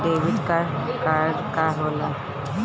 Debit card का होला?